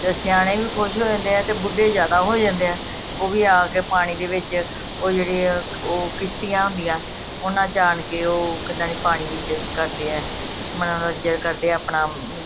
ਚ ਸਿਆਣੇ ਵੀ ਖੁਸ਼ ਹੋ ਜਾਂਦੇ ਹੈ ਅਤੇ ਬੁੱਢੇ ਜ਼ਿਆਦਾ ਹੋ ਜਾਂਦੇ ਹੈ ਉਹ ਵੀ ਆ ਕੇ ਪਾਣੀ ਦੇ ਵਿੱਚ ਉਹ ਜਿਹੜੀ ਉਹ ਉਹ ਕਿਸ਼ਤੀਆਂ ਹੁੰਦੀਆਂ ਉਹਨਾਂ 'ਚ ਆਣ ਕੇ ਉਹ ਕਿੱਦਾਂ ਨਹੀਂ ਪਾਣੀ ਵਿੱਚ ਕਰਦੇ ਆ ਮਨੋਰੰਜਨ ਕਰਦੇ ਆਪਣਾ